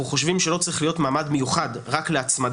אנחנו חושבים שלא צריך להיות מעמד מיוחד רק להצמדה.